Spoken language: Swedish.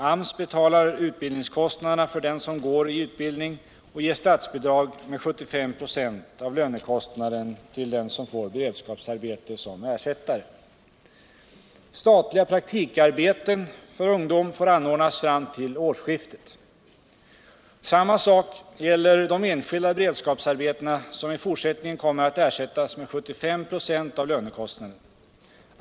AMS betalar utbildningskostnaderna för den som går i utbildning och ger statsbidrag med 75 96 av lönckostnaden till den som får beredskapsarbete som ersättare. Samma sak gäller de enskilda beredskapsarbetena, som i fortsättningen kommer att ersättas med 75 26 av lönekostnaden.